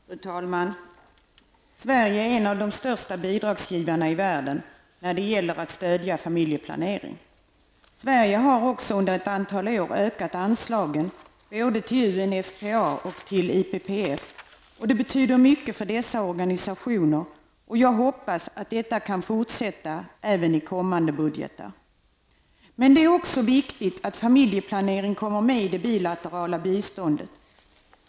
Herr talman! Sverige är en av de största bidragsgivarna i världen när det gäller att stödja familjeplanering. Sverige har också under ett antal år ökat anslagen både till UNFPA och IPPF och det betyder mycket för dessa organisationer. Jag hoppas att detta kan fortsätta även i kommande budgetar. Men det är också viktigt att familjeplanering kommer med i det bilaterala biståndet.